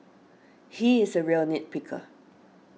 he is a real nit picker